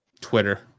Twitter